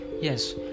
Yes